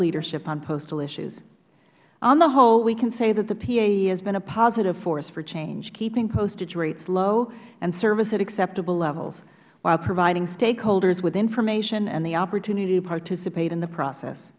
leadership on postal issues on the whole we can say that the paea has been a positive force for changing keeping postage rates low and service at acceptable levels while providing stakeholders with information and the opportunity to participate in the process